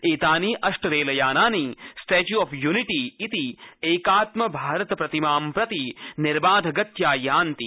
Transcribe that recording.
एतानि रेलयानानि Statue of Unity इति एकात्म भारत प्रतिमां प्रति निर्बाधगत्या यान्ति